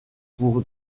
pour